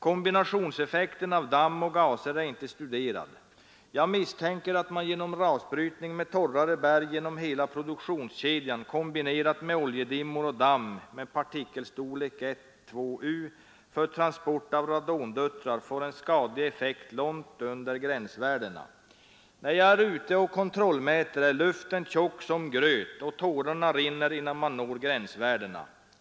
Kombinationseffekten av damm och gaser är inte studerad: jag misstänker att man genom rasbrytning med torrare berg genom hela produktionskedjan kombinerat med oljedimmor och damm med partikelstorlek 1—2 pu för transport av radondöttrar får en skadlig effekt långt under gränsvärdena. När jag är ute och kontrollmäter är luften tjock som gröt och tårarna rinner innan man når gränsvärdena.